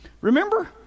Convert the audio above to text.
Remember